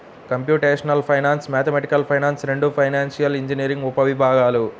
computational finance, mathematical finance రెండూ financial engineering ఉపవిభాగాలు